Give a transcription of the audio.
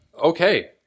Okay